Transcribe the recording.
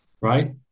right